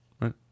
right